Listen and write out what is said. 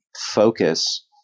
focus